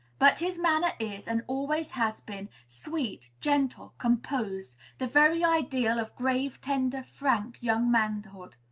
but his manner is, and always has been, sweet, gentle, composed the very ideal of grave, tender, frank young manhood.